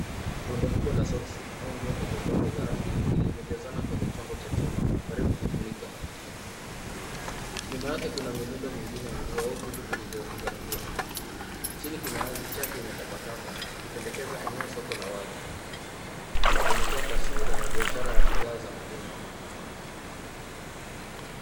Rundo kubwa la soksi au nguo ndogo ndogo za rangi nyingi, limejazana kwenye chombo cha chuma karibu kufunika. Nyuma yake kuna mirundo mingine ya nguo au vitu vilivyohifadhiwa. Chini kuna ardhi chafu yenye takataka ikipendekeza eneo ya soko la wazi. Linatoa taswira ya biashara ya bidhaa za mitumba.